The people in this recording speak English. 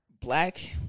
black